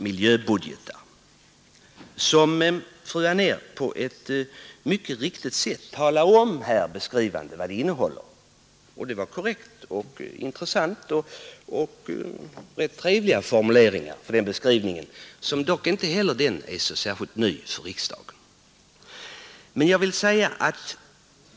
Fru Anér har på ett mycket riktigt sätt talat om vad miljöbudgeter innehåller. Beskrivningen var korrekt och intressant och innehåller rätt trevliga formuleringar. Men inte heller den är så särskilt ny för riksdagen.